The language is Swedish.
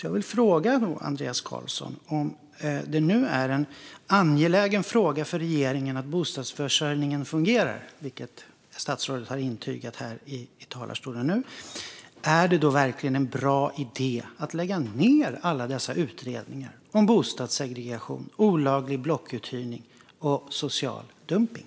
Jag vill fråga Andreas Carlson: Om det nu är en angelägen fråga för regeringen att bostadsförsörjningen fungerar, vilket statsrådet har intygat här i talarstolen, är det då verkligen en bra idé att lägga ned alla dessa utredningar om boendesegregation, olaglig blockuthyrning och social dumpning?